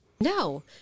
No